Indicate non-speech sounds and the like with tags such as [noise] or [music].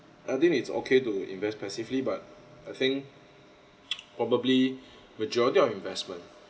I think it's okay to invest passively but I think [noise] probably [breath] majority of investment